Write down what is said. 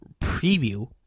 preview